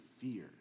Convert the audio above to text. fear